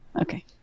Okay